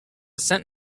cent